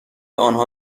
آنها